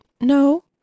no